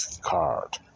Card